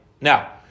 Now